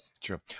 True